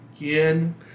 again